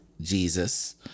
Jesus